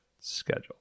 schedule